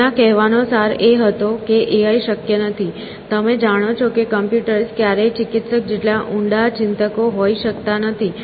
તેમના કહેવા નો સાર એ હતો કે એઆઈ શક્ય નથી તમે જાણો છો કે કોમ્પ્યુટર્સ ક્યારેય ચિકિત્સક જેટલા ઊંડા ચિંતકો હોઈ શકતા નથી